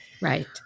Right